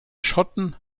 schotten